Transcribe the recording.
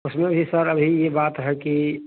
उसमें भी सर अभी ये बात है कि